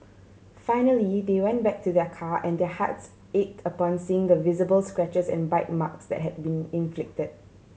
finally they went back to their car and their hearts ached upon seeing the visible scratches and bite marks that had been inflicted